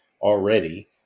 already